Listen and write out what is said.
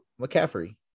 McCaffrey